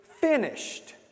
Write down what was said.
finished